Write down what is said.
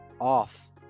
off